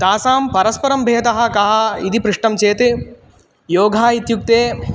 तासां परस्परं भेदः कः इति पृष्टं चेत् योगः इत्युक्ते